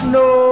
no